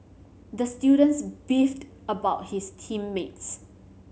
the student beefed about his team mates